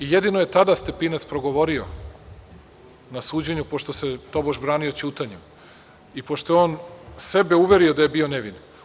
Kažu – jedino je tada Stepinac progovorio na suđenju, pošto se tobože branio ćutanjem i pošto je on sebe uverio da je bio nevin.